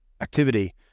activity